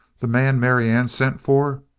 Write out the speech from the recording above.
the man marianne sent for?